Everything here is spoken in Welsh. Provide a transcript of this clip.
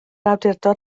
awdurdod